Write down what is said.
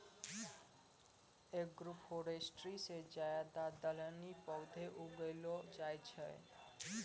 agroforestry से ज्यादा दलहनी पौधे उगैलो जाय छै